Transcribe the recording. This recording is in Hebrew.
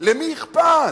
ולמי אכפת,